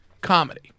comedy